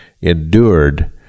endured